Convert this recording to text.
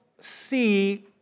see